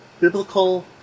biblical